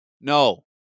No